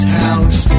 house